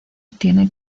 tiene